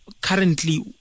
currently